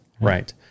right